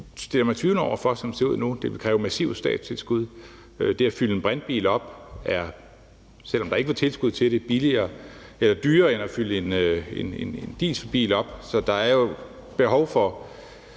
Det vil kræve massive statstilskud. Det at fylde en brintbil op er dyrere end at fylde en dieselbil op